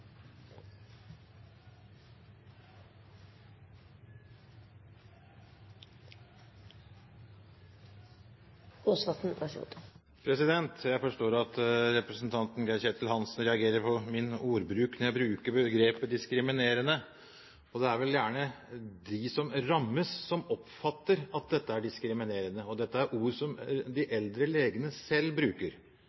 Hansen reagerer på min ordbruk når jeg bruker begrepet «diskriminering». Det er vel gjerne de som rammes, som oppfatter at dette er diskriminerende – og dette er ord som de